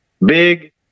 big